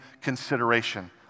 consideration